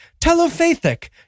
telepathic